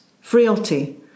Frailty